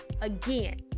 again